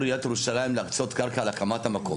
עיריית ירושלים להקצות קרקע להקמת המקום.